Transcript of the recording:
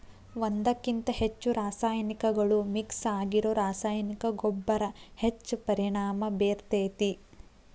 ಒಂದ್ಕಕಿಂತ ಹೆಚ್ಚು ರಾಸಾಯನಿಕಗಳು ಮಿಕ್ಸ್ ಆಗಿರೋ ರಾಸಾಯನಿಕ ಗೊಬ್ಬರ ಹೆಚ್ಚ್ ಪರಿಣಾಮ ಬೇರ್ತೇತಿ